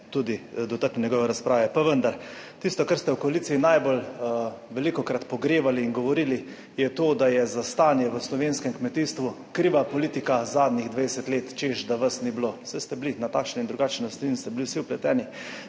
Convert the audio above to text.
(SC) – 15.35** (nadaljevanje) Tisto, kar ste v koaliciji najbolj velikokrat pogrevali in govorili je to, da je za stanje v slovenskem kmetijstvu kriva politika zadnjih 20 let, češ da vas ni bilo. Saj ste bili na takšen in drugačen način ste bili vsi vpleteni,